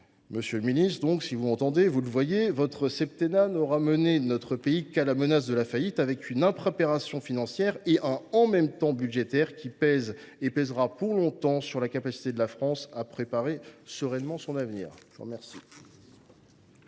Monsieur le ministre, si vous m’entendez, vous reconnaîtrez que votre « septennat » n’aura mené notre pays qu’à la menace de la faillite, avec une impréparation financière et un « en même temps » budgétaire qui pèse et pèsera pour longtemps sur la capacité de la France à préparer sereinement son avenir ! La parole